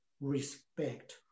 respect